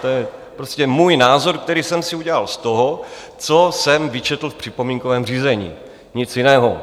To je prostě můj názor, který jsem si udělal z toho, co jsem vyčetl v připomínkovém řízení, nic jiného.